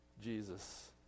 Jesus